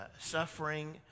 suffering